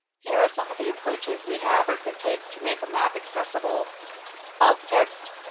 here are some of the approaches we have or could take to make a map accessible alt text,